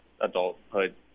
adulthood